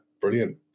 brilliant